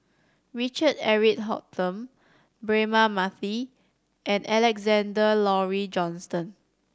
Richard Eric Holttum Braema Mathi and Alexander Laurie Johnston